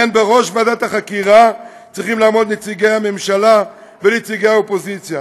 לכן בראש ועדת החקירה צריכים לעמוד נציגי הממשלה ונציגי האופוזיציה,